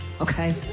okay